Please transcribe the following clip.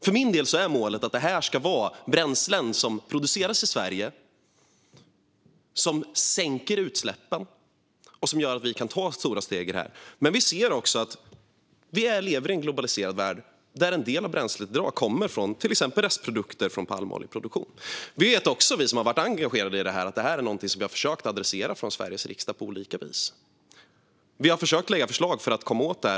För min del är målet att det här ska vara bränslen som produceras i Sverige, som sänker utsläppen och som gör att vi kan ta stora steg i detta. Men vi ser också att vi lever i en globaliserad värld där en del av bränslet i dag kommer från till exempel restprodukter från palmoljeproduktion. Vi som har varit engagerade i detta vet också att det här är någonting som vi på olika vis har försökt att adressera i Sveriges riksdag. Vi har försökt att lägga fram förslag för att komma åt det här.